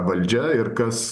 valdžia ir kas